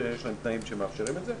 כאשר יש להם תנאים שמאפשרים את זה.